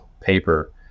paper